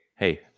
hey